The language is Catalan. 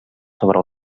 sobre